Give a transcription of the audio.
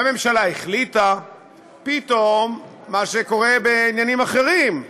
והממשלה החליטה פתאום, מה שקורה בעניינים אחרים: